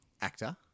actor